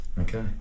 okay